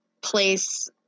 place